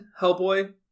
Hellboy